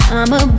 I'ma